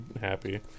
happy